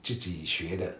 自己学的